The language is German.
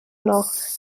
noch